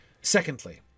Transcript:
Secondly